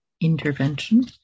intervention